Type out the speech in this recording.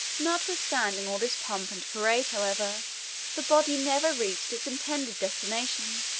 notwithstanding all this pomp and parade, however the body never reached its intended destination.